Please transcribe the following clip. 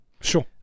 Sure